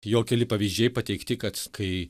jo keli pavyzdžiai pateikti kad kai